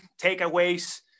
takeaways